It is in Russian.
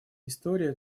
история